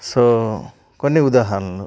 so కొన్ని ఉదాహరణలు